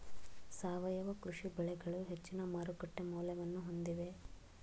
ಸಾವಯವ ಕೃಷಿ ಬೆಳೆಗಳು ಹೆಚ್ಚಿನ ಮಾರುಕಟ್ಟೆ ಮೌಲ್ಯವನ್ನು ಹೊಂದಿವೆ